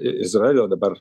izraelio dabar